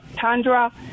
Tundra